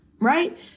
right